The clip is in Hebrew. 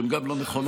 שהן גם לא נכונות,